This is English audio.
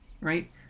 Right